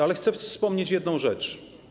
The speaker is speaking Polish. Ale chcę wspomnieć jedną rzecz.